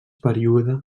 període